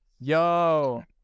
Yo